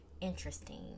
interesting